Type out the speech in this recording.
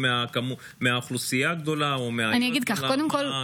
בהסכמת, כולם,